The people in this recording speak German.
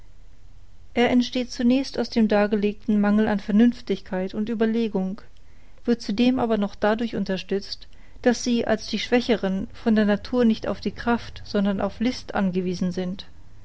er entsteht zunächst aus dem dargelegten mangel an vernünftigkeit und ueberlegung wird zudem aber noch dadurch unterstützt daß sie als die schwächeren von der natur nicht auf die kraft sondern auf die list angewiesen sind